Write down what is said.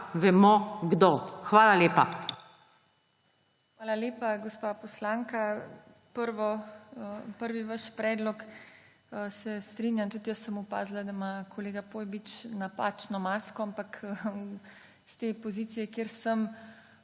TINA HEFERLE: Hvala lepa, gospa poslanka. Prvi vaš predlog se strinjam tudi jaz sem opazila, da ima kolega Pojbič napačno masko, ampak s te pozicije, kjer sem